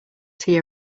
tea